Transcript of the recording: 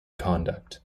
conduct